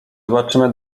zobaczymy